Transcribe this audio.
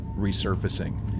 resurfacing